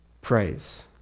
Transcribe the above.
praise